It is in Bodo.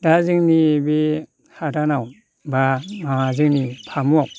दा जोंनि बे हादानाव बा जोंनि फामुआव